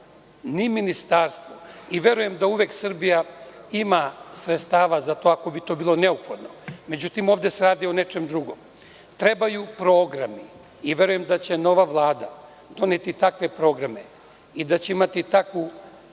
ni ministarstvo. Verujem da uvek Srbija ima sredstava za to ako bi to bilo neophodno. Međutim, ovde se radi o nečem drugom. Trebaju programi i verujem da će nova Vlada doneti takve programe i da će imati takvu